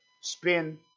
spin